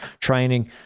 training